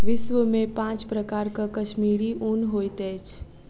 विश्व में पांच प्रकारक कश्मीरी ऊन होइत अछि